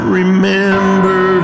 remember